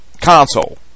console